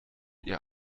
ihr